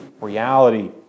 reality